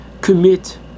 commit